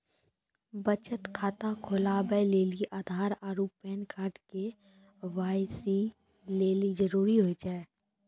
बचत खाता खोलबाबै लेली आधार आरू पैन कार्ड के.वाइ.सी लेली जरूरी होय छै